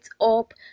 up